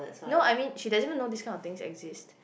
no I mean she doesn't even know this kind of thing exist